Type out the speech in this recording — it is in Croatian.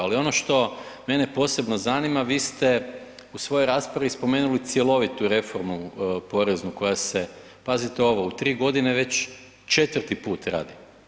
Ali ono što mene posebno zanima, vi ste u svojoj raspravi spomenuli cjelovitu reformu poreznu koja se, pazite ovo u 3 godine već 4. put radi.